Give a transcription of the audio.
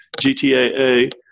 GTAA